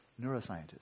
neuroscientist